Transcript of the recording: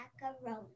macaroni